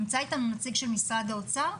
נמצא איתנו נציג של משרד האוצר?